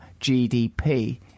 GDP